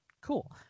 cool